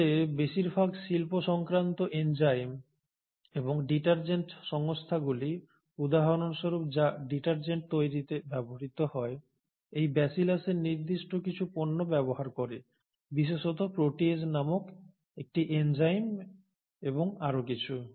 আসলে বেশিরভাগ শিল্প সংক্রান্ত এনজাইম এবং ডিটারজেন্ট সংস্থাগুলি উদাহরণস্বরূপ যা ডিটারজেন্ট তৈরিতে ব্যবহৃত হয় এই ব্যাসিলাসের নির্দিষ্ট কিছু পণ্য ব্যবহার করে বিশেষত প্রোটিয়েজ নামক একটি এনজাইম এবং আরও কিছু